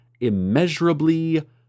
immeasurably